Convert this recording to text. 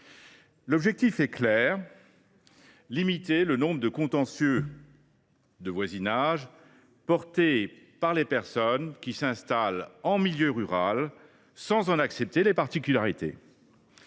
L’objectif est clair : limiter le nombre de contentieux de voisinage déclenchés par les personnes qui s’installent en milieu rural sans en accepter les particularités.